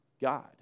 God